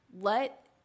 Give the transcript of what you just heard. let